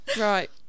Right